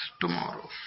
tomorrow